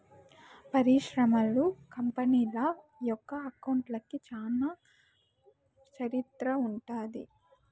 పరిశ్రమలు, కంపెనీల యొక్క అకౌంట్లకి చానా చరిత్ర ఉంటది